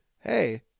hey